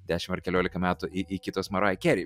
dešim ar keliolika metų i iki tos marai keri